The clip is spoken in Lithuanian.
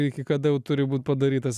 iki kada jau turi būt padarytas